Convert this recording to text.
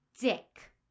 Dick